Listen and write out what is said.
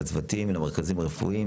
לצוותים ולמרכזים הרפואיים,